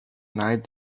night